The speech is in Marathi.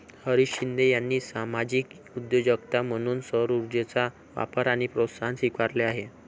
हरीश शिंदे यांनी सामाजिक उद्योजकता म्हणून सौरऊर्जेचा वापर आणि प्रोत्साहन स्वीकारले आहे